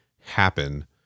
happen